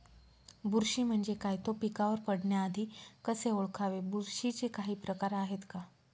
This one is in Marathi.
बुरशी म्हणजे काय? तो पिकावर पडण्याआधी कसे ओळखावे? बुरशीचे काही प्रकार आहेत का?